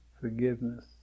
Forgiveness